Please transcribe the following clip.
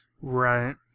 Right